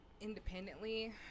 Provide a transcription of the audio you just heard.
Independently